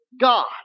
God